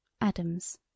Adams